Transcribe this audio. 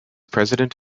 president